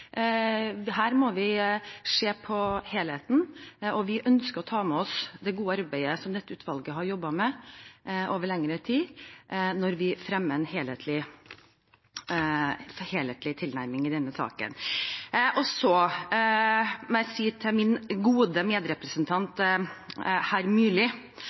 her må vi se på helheten, og vi ønsker å ta med oss det gode arbeidet som dette utvalget har drevet med over lengre tid, når vi fremmer en helhetlig tilnærming i denne saken. Så må jeg si til min gode medrepresentant hr. Myrli